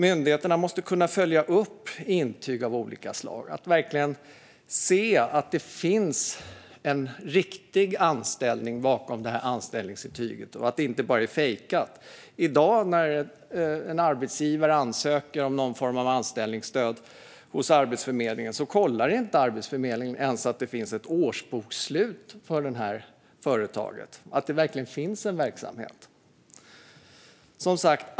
Myndigheterna måste kunna följa upp intyg av olika slag, till exempel för att se att det verkligen finns en riktig anställning bakom anställningsintyget, att det inte är fejkat. När en arbetsgivare i dag ansöker om någon form av anställningsstöd hos Arbetsförmedlingen kollar Arbetsförmedlingen inte ens att det finns ett årsbokslut hos företaget, att det verkligen finns en verksamhet.